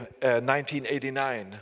1989